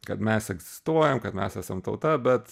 kad mes egzistuojam kad mes esam tauta bet